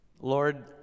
Lord